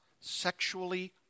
sexually